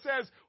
says